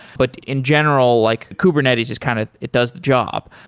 but in general, like kubernetes is kind of it does the job.